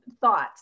thoughts